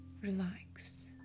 relaxed